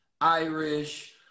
Irish